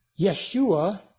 Yeshua